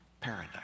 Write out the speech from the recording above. Paradise